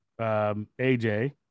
AJ